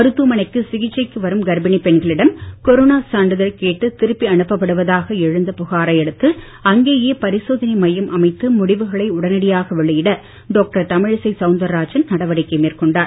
மருத்துவமனைக்கு சிகிச்சைக்கு வரும் கர்ப்பிணிப் பெண்களிடம் கொரோனா சான்றிதழ் கேட்டு திருப்பி அனுப்பப்படுவதாக எழுந்த புகாரையடுத்து அங்கேயே பரிசோதனை மையம் அமைத்து முடிவுகளை உடனடியாக வெளியிட டாக்டர் தமிழிசை சௌந்தரராஜன் நடவடிக்கை மேற்கொண்டார்